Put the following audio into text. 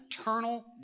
eternal